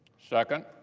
second,